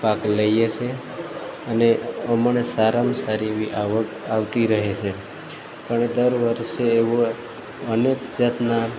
પાક લઈએ છીએ અને અમને સારામાં સારી એવી આવક આવતી રહે છે અને દર વર્ષે એવા અનેક જાતના